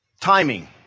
timing